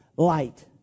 Light